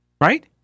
right